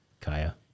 Kaya